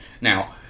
Now